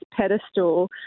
pedestal